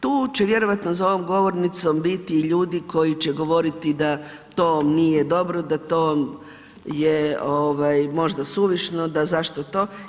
Tu će vjerojatno za ovom govornicom biti i ljudi koji će govoriti da to nije dobro, da to je možda suvišno da zašto to.